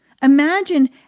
Imagine